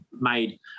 made